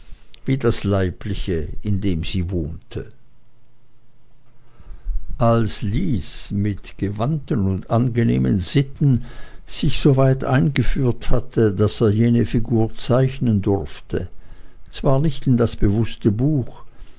wie das leibliche in dem sie wohnte als lys mit gewandten und angenehmen sitten sich soweit eingeführt hatte daß er jene figur zeichnen durfte zwar nicht in das bewußte buch